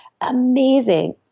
amazing